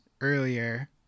earlier